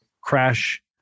crash